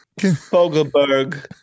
Fogelberg